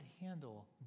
handle